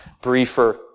briefer